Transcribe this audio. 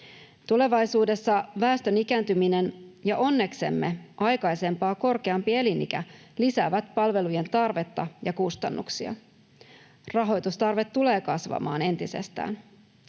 Tulevaisuudessa väestön ikääntyminen ja — onneksemme — aikaisempaa korkeampi elinikä lisäävät palvelujen tarvetta ja kustannuksia. Rahoitustarve tulee kasvamaan entisestään.